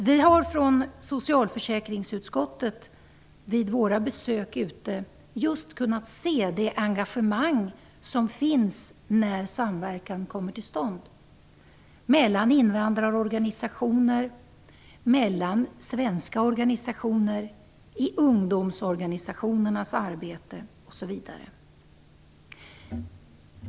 Vi i socialförsäkringsutskottet har vid våra besök kunnat se just det engagemang som finns när en samverkan kommer till stånd mellan invandrarorganisationer och svenska organisationer, i ungdomsorganisationernas arbete osv.